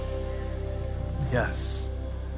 Yes